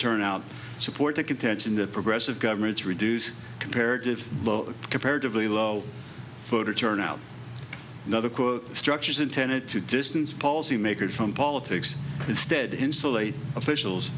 turnout support the contention that progressive governments reduce comparative comparatively low voter turnout another quote structures intended to distance policymakers from politics instead insulate officials